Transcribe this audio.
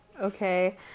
Okay